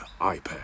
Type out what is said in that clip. iPad